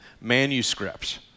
manuscripts